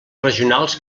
regionals